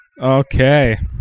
Okay